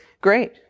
great